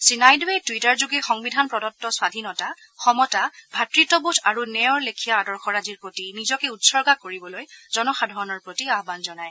শ্ৰীনাইডুৱে টুইটাৰযোগে সংবিধান প্ৰদত্ত স্বধীনতা সমতা ভ্ৰাতৃত্ববোধ আৰু ন্যায়ৰ লেখিয়া আদৰ্শৰাজিৰ প্ৰতি নিজকে উৎসৰ্গা কৰিবলৈ জনসাধাৰণৰ প্ৰতি আহান জনায়